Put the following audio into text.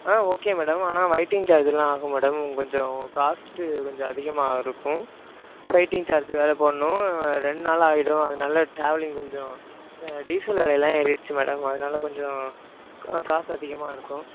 ஆ okay madam ஆனால் waiting charge எல்லாம் ஆகும் மேடம் கொஞ்சம் காஸ்ட்டு கொஞ்சம் அதிகமாயிருக்கும் வெயிட்டிங் சார்ஜூ வேற போடணும் ரெண்டு நாள் ஆயிடும் அதனால டிராவலிங் கொஞ்சம் இந்த டீசல் வில எல்லாம் ஏறிடுச்சு மேடம் அதனால கொஞ்சம் கா காசு அதிகமாயிருக்கும்